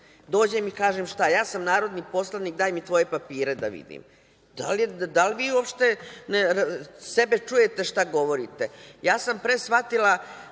dođem i kažem - ja sam narodni poslanik, daj mi tvoje papire da vidim? Da li vi uopšte sebe čujete šta govorite. Ja sam pre shvatila,